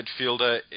midfielder